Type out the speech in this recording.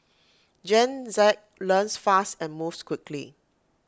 Gen Z learns fast and moves quickly